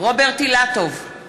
רוברט אילטוב,